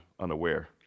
unaware